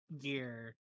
gear